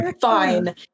fine